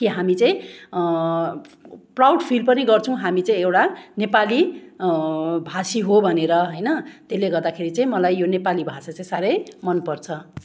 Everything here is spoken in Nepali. कि हामी चाहिँ प्राउड फिल पनि गर्छौँ हामी चाहिँ एउटा नेपाली भाषी हो भनेर होइन त्यसले गर्दाखेरि चाहिँ मलाई यो नेपाली भाषा चाहिँ साह्रै मन पर्छ